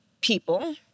people